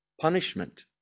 punishment